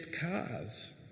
cars